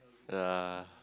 yeah